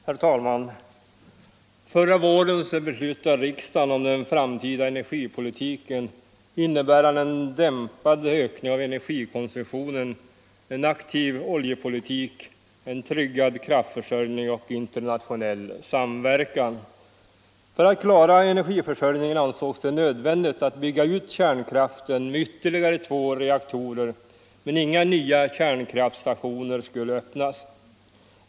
Herr talman! Förra våren beslutade riksdagen om den framtida energipolitiken. Beslutet skulle innebära en dämpad ökning av energikonsumtionen, en aktiv oljepolitik, en tryggad kraftförsörjning och internationell samverkan. För att klara energiförsörjningen ansågs det nödvändigt att bygga ut kärnkraften med ytterligare två reaktorer men inga nya kärnkraftstationer skulle öppnas.